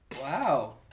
Wow